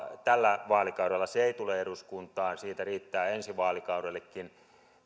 tällä vaalikaudella se ei tule eduskuntaan siitä riittää ensi vaalikaudellekin